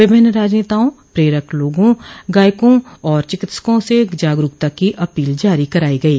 विभिन्न राजनेताओं प्रेरक लोगों गायकों और चिकित्सकों से जागरूकता की अपील जारी कराई गयी